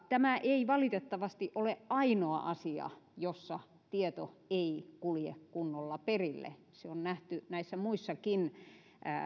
tämä ei valitettavasti ole ainoa asia jossa tieto ei kulje kunnolla perille se on nähty näissä muissakin